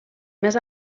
més